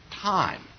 time